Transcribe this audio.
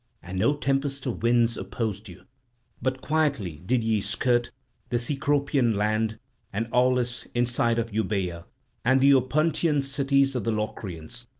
and no tempest of winds opposed you but quietly did ye skirt the cecropian land and aulis inside of euboea and the opuntian cities of the locrians,